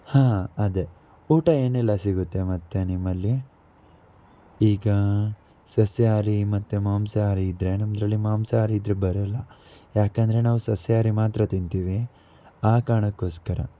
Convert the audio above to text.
ಹಾಂ ಅದೆ ಊಟ ಏನೆಲ್ಲ ಸಿಗುತ್ತೆ ಮತ್ತು ನಿಮ್ಮಲ್ಲಿ ಈಗ ಸಸ್ಯಹಾರಿ ಮತ್ತು ಮಾಂಸಹಾರಿ ಇದ್ದರೆ ನಿಮ್ಮದ್ರಲ್ಲಿ ಮಾಂಸಹಾರಿ ಇದ್ದರೆ ಬರೋಲ್ಲ ಯಾಕೆಂದರೆ ನಾವು ಸಸ್ಯಹಾರಿ ಮಾತ್ರ ತಿಂತೀವಿ ಆ ಕಾರಣಕ್ಕೋಸ್ಕರ